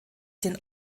den